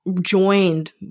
joined